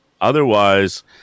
otherwise